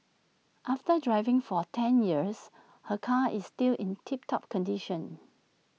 after driving for ten years her car is still in tip top condition